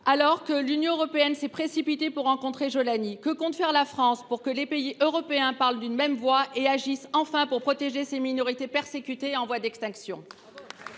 alors que l’Union européenne s’est précipitée pour rencontrer Jolani, que compte faire la France pour que les pays européens parlent d’une même voix et agissent enfin pour protéger ces minorités persécutées en voie d’extinction ?